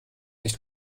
nicht